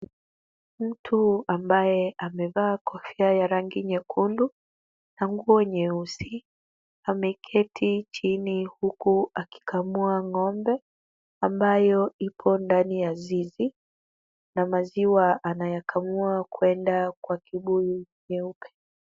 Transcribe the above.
Mtu ambaye amevaa kofia ya rangi nyekundu na nguo nyeusi ameketi chini huku akikamua ng'ombe ambayo iko ndani ya zizi na maziwa anayakamua kwenda kwa kibuyu nyeupe.